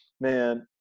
Man